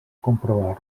comprovar